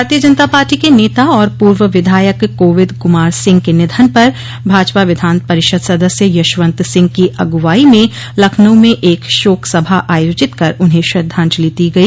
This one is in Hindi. भारतीय जनता पार्टी के नेता और पूर्व विधायक कोविद कुमार सिंह के निधन पर भाजपा विधान परिषद सदस्य यशवंत सिंह की अगुवाई में लखनऊ में एक शोक सभा आयोजित कर उन्हें श्रद्वाजंलि दी गई